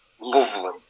Lovely